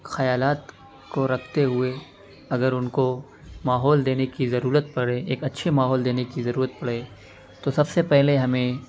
خیالات کو رکھتے ہوئے اگر ان کو ماحول دینے کی ضرورت پڑے ایک اچھے ماحول دینے کی ضرورت پڑے تو سب سے پہلے ہمیں